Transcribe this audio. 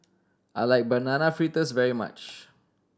I like Banana Fritters very much